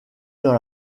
dans